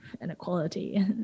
Inequality